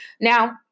Now